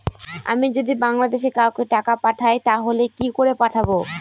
আমি যদি বাংলাদেশে কাউকে টাকা পাঠাই তাহলে কি করে পাঠাবো?